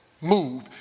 move